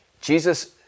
Jesus